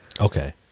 Okay